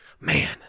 man